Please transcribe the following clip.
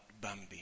Bambi